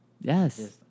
Yes